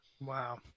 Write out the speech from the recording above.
Wow